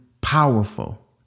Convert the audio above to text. powerful